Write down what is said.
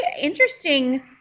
interesting